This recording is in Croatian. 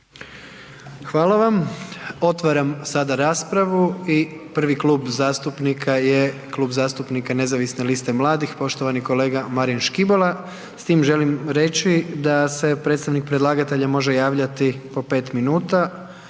Hvala vam, otvaram sada raspravu i prvi klub zastupnika je Klub zastupnika nezavisne liste mladih, poštovani kolega Marin Škibola s tim želim reći da se predstavnik predlagatelja može javljati po 5 minuta